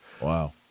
Wow